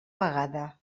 vegada